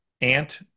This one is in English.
ant